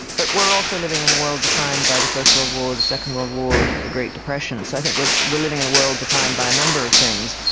but we're also living in a world defined by the first world war, the second world war, the great depression, so i think but we're living in a world defined by a number of things.